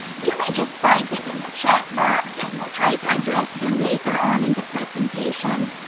you may just type it in the chat box and we'll try to address them later on in the presentation.